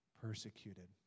persecuted